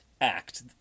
act